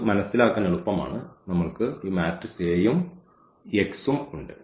ഇത് മനസിലാക്കാൻ എളുപ്പമാണ് നമ്മൾക്ക് ഈ മാട്രിക്സ് Aയും ഈ x ഉം ഉണ്ട്